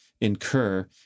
incur